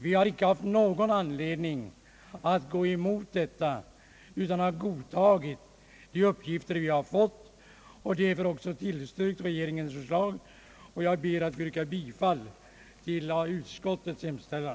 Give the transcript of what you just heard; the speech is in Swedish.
Vi har icke haft någon anledning att gå emot detta förslag, utan har godtagit de uppgifter som vi har fått. Därför har vi också tillstyrkt regeringens förslag. Jag ber att få yrka bifall till utskottets hemställan.